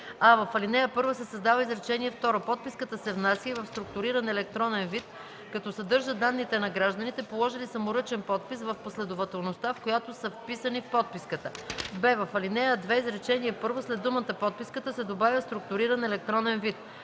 а) в ал. 1 се създава изречение второ: „Подписката се внася и в структуриран електронен вид, като съдържа данните на гражданите, положили саморъчен подпис, в последователността, в която са вписани в подписката. б) в ал. 2, изречение първо след думата „подписката” се добавя „в структуриран електронен вид”.